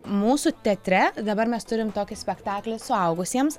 mūsų teatre dabar mes turim tokį spektaklį suaugusiems